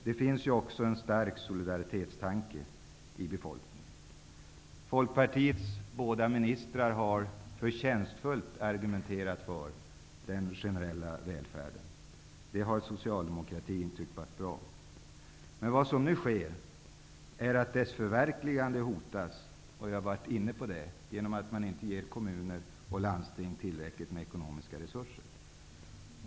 Det finns också en stark solidaritetstanke bland befolkningen. Folkpartiets båda ministrar på det här området har förtjänstfullt argumenterat för den generella välfärden. Det har socialdemokratin tyckt vara bra. Men vad som nu sker är att den generella välfärdspolitikens förverkligande hotas, och jag har tidigare varit inne på det ämnet i samband med att kommuner och landsting inte ges tillräckligt med ekonomiska resurser.